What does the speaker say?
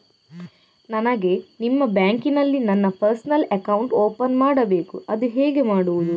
ನನಗೆ ನಿಮ್ಮ ಬ್ಯಾಂಕಿನಲ್ಲಿ ನನ್ನ ಪರ್ಸನಲ್ ಅಕೌಂಟ್ ಓಪನ್ ಮಾಡಬೇಕು ಅದು ಹೇಗೆ ಮಾಡುವುದು?